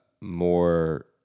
more